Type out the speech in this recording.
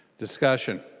discussion